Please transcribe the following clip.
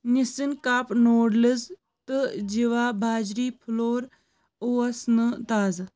نِسِن cup noodles تہٕ جیٖوا باجری فلور اوس نہٕ تازٕ